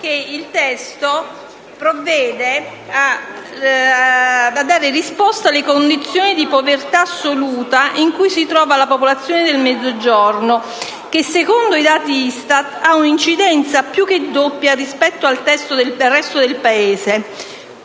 il testo provvede a dare risposta alle condizioni di povertà assoluta in cui si trova la popolazione del Mezzogiorno che, secondo i dati ISTAT, ha un'incidenza più che doppia rispetto al resto del Paese.